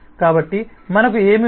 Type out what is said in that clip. కాబట్టి మనకు ఏమి ఉంది